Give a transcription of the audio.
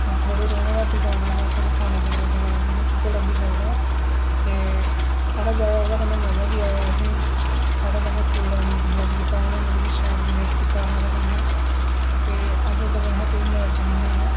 जां थुआढ़े रौह्ने दा ठिकाना जां थुआढ़े खाने पीने दा ठिकाना तुसेंगी कुत्थै लब्भी सकदा ते बड़ा जैदा ओह्दे कन्नै मज़ा बी आया असेंगी साढ़े कन्नै फुल एंड बीहेव कीता उ'नें मतलब कि शैल बीहेव कीता साढ़े कन्नै ते अस ओह्दे कशा कोई नराज निं ऐ